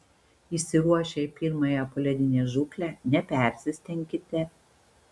išsiruošę į pirmąją poledinę žūklę nepersistenkite